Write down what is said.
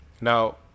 Now